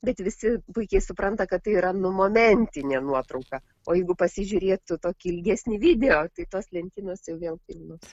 bet visi puikiai supranta kad tai yra nu momentinė nuotrauka o jeigu pasižiūrėt to tokį ilgesnį video tai tos lentynos jau vėl pilnos